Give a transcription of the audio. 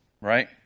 right